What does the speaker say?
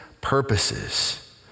purposes